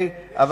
את